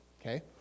okay